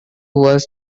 was